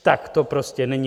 Tak to prostě není.